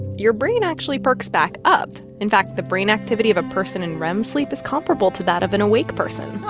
your brain actually perks back up. in fact, the brain activity of a person in rem sleep is comparable to that of an awake person.